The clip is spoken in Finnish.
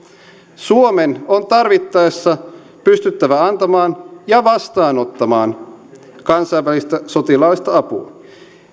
suomen on tarvittaessa pystyttävä antamaan ja vastaanottamaan kansainvälistä sotilaallista apua